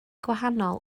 gwahanol